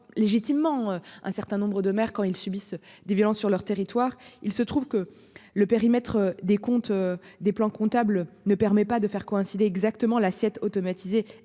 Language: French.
légitimement un certain nombre de maires quand ils subissent des violences sur leur territoire. Il se trouve que le périmètre des comptes des plans. Ne permet pas de faire coïncider exactement l'assiette automatisée